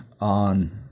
on